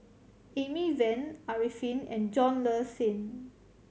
Amy Van Arifin and John Le Cain